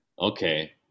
Okay